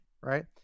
right